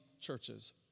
churches